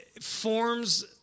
forms